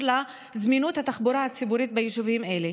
לזמינות התחבורה הציבורית ביישובים אלה.